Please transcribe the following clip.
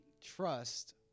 trust